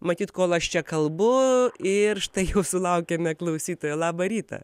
matyt kol aš čia kalbu ir štai jau sulaukėme klausytojo labą rytą